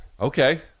Okay